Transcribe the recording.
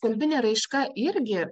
kalbinė raiška irgi